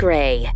Gray